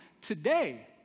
today